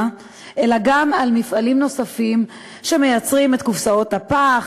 אלא גם על מפעלים נוספים שמייצרים את קופסאות הפח,